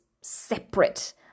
separate